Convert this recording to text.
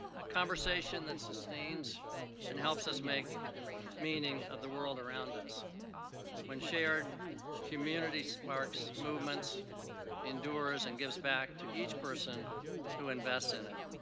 a conversation that sustains and helps us make meaning of the world around us when shared community sparks movements indoors and gives back to each person who invests in it.